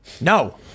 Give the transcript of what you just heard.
No